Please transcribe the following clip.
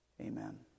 Amen